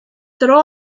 dro